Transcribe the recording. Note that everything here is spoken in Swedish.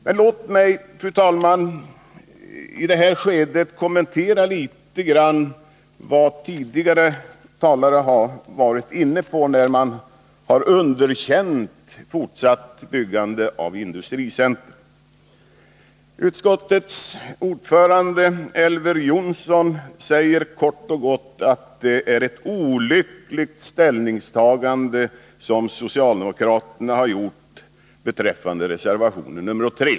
Men låt mig, fru talman, i detta skede något kommentera vad tidigare talare har varit inne på, när de underkänt fortsatt byggande av industricentra. Utskottets ordförande Elver Jonsson säger kort och gott att det är ett olyckligt ställningstagande som socialdemokraterna har gjort i reservation nr 3.